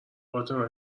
فاطمه